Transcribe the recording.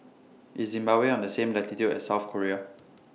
IS Zimbabwe on The same latitude as South Korea